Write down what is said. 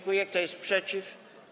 Kto jest przeciw?